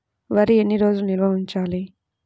వరి ఎన్ని రోజులు నిల్వ ఉంచాలి?